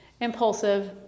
impulsive